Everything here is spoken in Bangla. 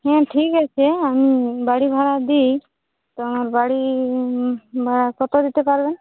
হুম ঠিক আছে আমি বাড়ি ভাড়া দিই তো বাড়ি ভাড়া কত দিতে পারবেন